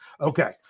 Okay